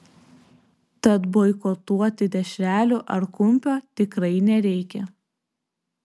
tad boikotuoti dešrelių ar kumpio tikrai nereikia